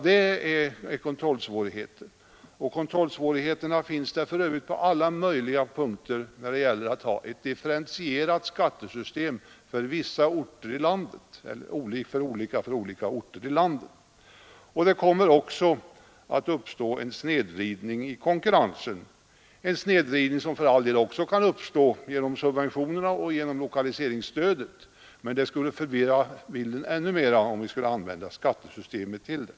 Och sådana svårigheter finns på ett otal punkter, om man har ett skattesystem som är olika för olika orter i landet. Ett sådant system skulle också medföra en snedvridning i konkurrensen. Den kan för all del uppstå också med subventioner och lokaliseringsstöd, men det skulle förvirra bilden ännu mer om vi skulle använda skattesystemet till det.